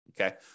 okay